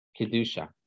Kedusha